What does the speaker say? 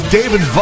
David